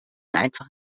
einfach